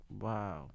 Wow